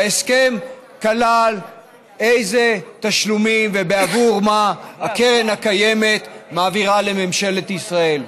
וההסכם כלל אילו תשלומים ובעבור מה הקרן הקיימת מעבירה לממשלת ישראל.